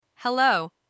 hello